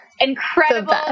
incredible